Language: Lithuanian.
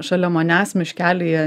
šalia manęs miškelyje